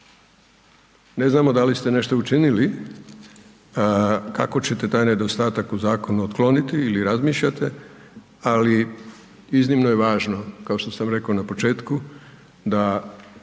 Ne znamo da li ste nešto učinili kako ćete taj nedostatak u zakonu otkloniti ili razmišljate, ali iznimno je važno kao što sam rekao na početku da